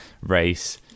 race